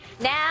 Now